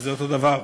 זה אותו דבר,